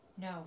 no